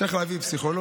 צריך להביא פסיכולוג,